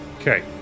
Okay